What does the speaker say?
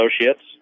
Associates